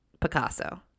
Picasso